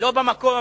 לא במקום,